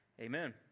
Amen